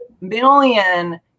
million